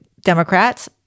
Democrats